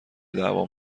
دعوام